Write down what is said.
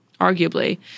arguably